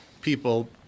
people